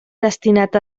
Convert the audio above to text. destinat